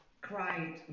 cried